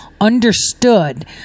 understood